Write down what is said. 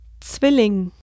Zwilling